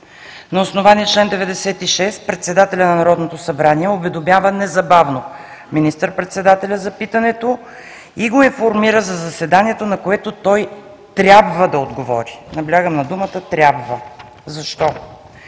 На основание чл. 96 председателят на Народното събрание уведомява незабавно министър-председателя за питането и го информира за заседанието, на което той трябва да отговори. Наблягам на думата „трябва“. Защо?